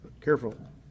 Careful